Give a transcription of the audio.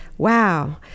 Wow